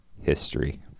history